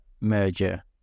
merger